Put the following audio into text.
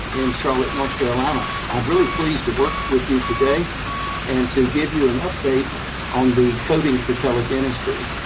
in charlotte, north carolina. i'm really pleased to work with you today and to give you an update on the coding for tele-dentistry.